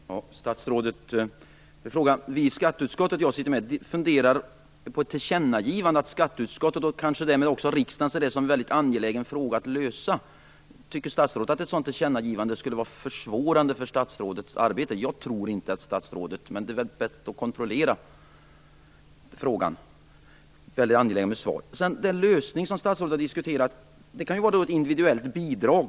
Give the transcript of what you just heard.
Fru talman! Statsrådet! Vi i skatteutskottet funderar på ett tillkännagivande om att skatteutskottet, och kanske därmed också riksdagen, ser detta som ett problem som det är väldigt angeläget att lösa. Tycker statsrådet att ett sådant tillkännagivande skulle vara försvårande för statsrådets arbete? Jag tror inte det, men det är väl bäst att kontrollera saken. Jag är därför angelägen om ett svar. Den lösning som statsrådet diskuterar kan vara ett individuellt bidrag.